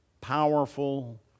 powerful